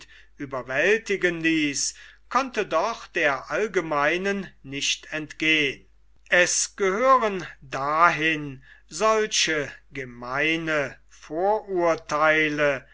ließ konnte doch der allgemeinen nicht entgehn es gehören dahin solche gemeine vorurtheile